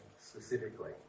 specifically